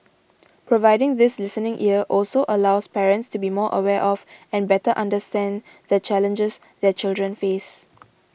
providing this listening ear also allows parents to be more aware of and better understand the challenges their children face